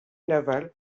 navale